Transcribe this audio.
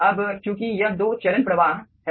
अब चूंकि यह दो चरण प्रवाह है